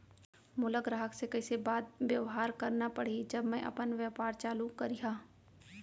मोला ग्राहक से कइसे बात बेवहार करना पड़ही जब मैं अपन व्यापार चालू करिहा?